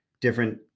different